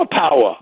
power